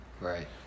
Right